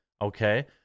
okay